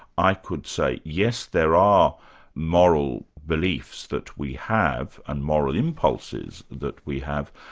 i could say yes, there are moral beliefs that we have, and moral impulses that we have,